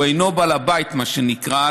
הוא אינו בעל הבית על המשרד,